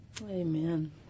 Amen